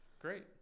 Great